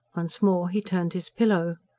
once more he turned his pillow.